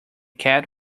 cat